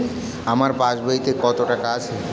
আমার পাস বইতে কত টাকা আছে?